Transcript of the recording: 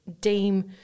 deem –